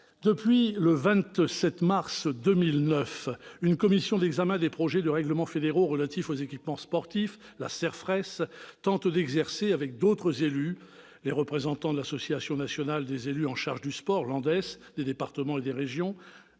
Depuis le 27 mars 2009, une commission d'examen des projets de règlements fédéraux relatifs aux équipements sportifs, la CERFRES, tente d'exercer, avec d'autres élus - les représentants de l'Association nationale des élus en charge du sport, l'ANDES, des départements et des régions